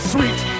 Sweet